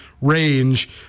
range